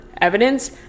evidence